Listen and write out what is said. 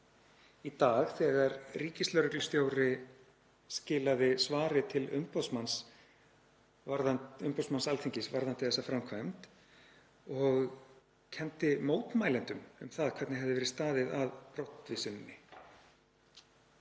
í dag þegar ríkislögreglustjóri skilaði svari til umboðsmanns Alþingis varðandi þessa framkvæmd og kenndi mótmælendum um það hvernig hefði verið staðið að brottvísuninni.